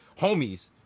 homies